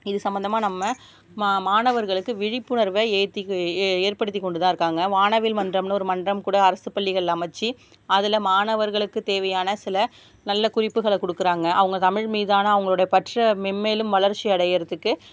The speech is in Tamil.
இது சம்பந்தமாக நம்ம மா மாணவர்களுக்கு விழிப்புணர்வை ஏற்றி ஏற்படுத்திக் கொண்டுதான் இருக்காங்க வானவில் மன்றம்னு ஒரு மன்றம் கூட அரசு பள்ளிகள் அமைச்சு அதில் மாணவர்களுக்கு தேவையான சில நல்ல குறிப்புகளை கொடுக்குறாங்க அவங்க தமிழ் மீதான அவர்களோட பற்றை மென்மேலும் வளர்ச்சியடகிறதுக்கு